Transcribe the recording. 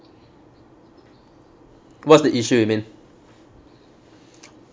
what's the issue you mean